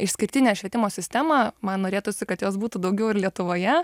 išskirtinę švietimo sistemą man norėtųsi kad jos būtų daugiau ir lietuvoje